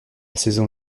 saison